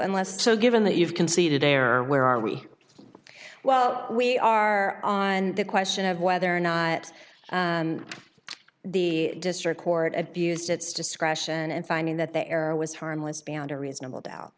and less so given that you've conceded error where are we well we are on the question of whether or not the district court abused its discretion in finding that the error was harmless beyond a reasonable doubt